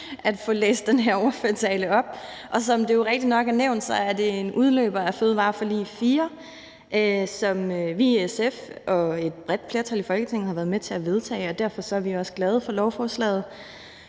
at få læst den her ordførertale op. Som det jo rigtigt nok er nævnt, er det en udløber af »Fødevareforlig 4«, som vi i SF og et bredt flertal i Folketinget har været med til at vedtage, og derfor er vi også glade for lovforslaget.